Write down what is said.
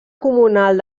comunal